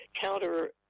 counter